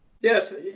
Yes